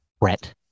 Brett